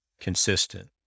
consistent